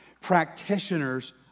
practitioners